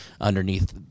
underneath –